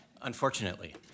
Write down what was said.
unfortunately